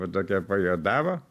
va tokia pajuodavo